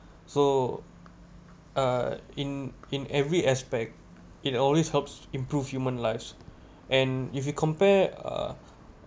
so uh in in every aspect it always helps improve human lives and if you compare uh